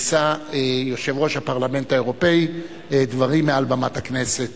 13:00 יישא יושב-ראש הפרלמנט האירופי דברים מעל במת הכנסת.